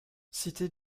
cite